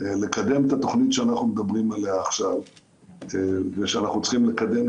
לקדם את התוכנית שאנחנו מדברים עליה עכשיו ושאנחנו צריכים לקדם,